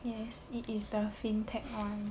yes it is the fintech [one]